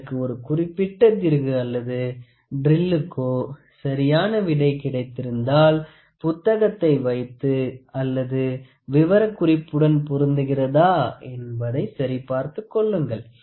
உங்களுக்கு ஒரு குறிப்பிட்ட திருகு அல்லது ட்ரில்லுக்கோ சரியான விடை கிடைத்திருந்தால் புத்தகத்தை வைத்து அல்லது விவரகுறிப்புடன் பொருந்துகிறதா என்பதை சரிபார்த்துக் கொள்ளுங்கள்